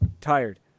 tired